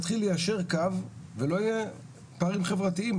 פשוט זה יתחיל ליישר קו, ולא יהיה פערים חברתיים.